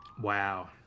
Wow